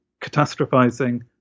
catastrophizing